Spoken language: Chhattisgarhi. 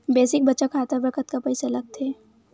बेसिक बचत खाता बर कतका पईसा लगथे?